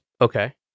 Okay